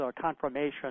confirmation